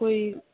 ਕੋਈ